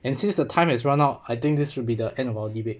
and since the time has run out I think this will be the end of our debate